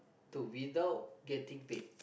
to without getting paid